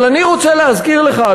אבל אני רוצה להזכיר לך,